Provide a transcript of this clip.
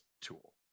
tool